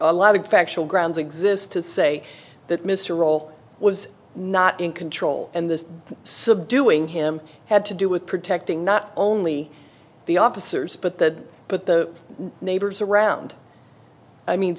a lot of factual grounds exist to say that mr roll was not in control and this subduing him had to do with protecting not only the officers but that but the neighbors around i mean